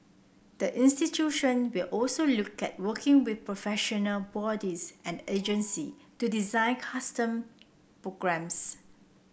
the institution will also look at working with professional bodies and agency to design custom programmes